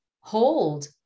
hold